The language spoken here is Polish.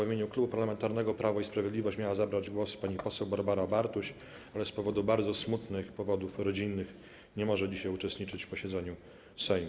W imieniu Klubu Parlamentarnego Prawo i Sprawiedliwość miała zabrać głos pani Barbara Bartuś, ale z bardzo smutnych powodów rodzinnych nie może dzisiaj uczestniczyć w posiedzeniu Sejmu.